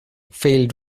field